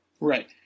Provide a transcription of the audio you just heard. Right